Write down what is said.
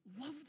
love